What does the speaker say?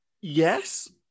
Yes